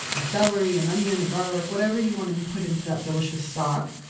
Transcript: a celery, an onion, a garlic. whatever you want to put into that delicious stock,